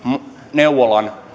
neuvolan